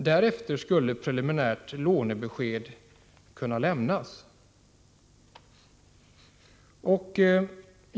Därefter skulle preliminärt lånebesked kunna lämnas.